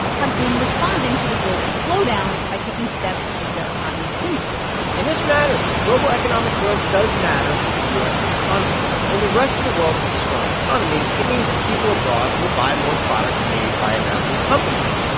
have been responding to the global slowdown by taking steps to keep their economies stimulated and this matters. global economic growth does matter for the u s. economy. when the rest of the world has a strong economy, it means that people abroad will buy more products made by american companies.